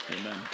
Amen